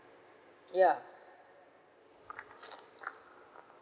ya